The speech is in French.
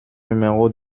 numéro